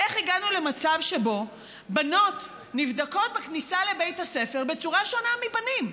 איך הגענו למצב שבו בנות נבדקות בכניסה לבית הספר בצורה שונה מבנים?